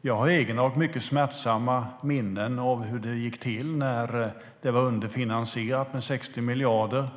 Jag har egna och mycket smärtsamma minnen av hur det gick till när det var underfinansierat med 60 miljarder.